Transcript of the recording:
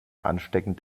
ansteckend